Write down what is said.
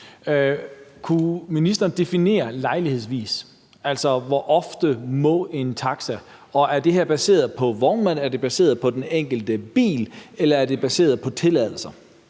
Kunne ministeren definere »lejlighedsvis«, altså hvor ofte en taxa må køre, og om det her er baseret på vognmanden, om det er baseret på den enkelte bil, eller om det er baseret på tilladelser?